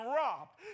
robbed